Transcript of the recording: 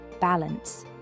Balance